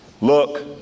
look